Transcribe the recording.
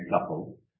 couple